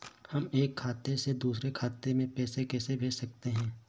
हम एक खाते से दूसरे खाते में पैसे कैसे भेज सकते हैं?